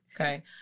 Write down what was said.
okay